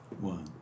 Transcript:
One